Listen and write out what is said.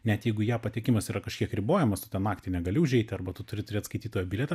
net jeigu į ją patekimas yra kažkiek ribojamas tu ten naktį negali užeiti arba tu turi turėt skaitytojo bilietą